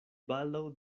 baldaŭ